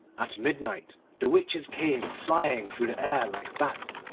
at midnight the witches came flying through the air like bats.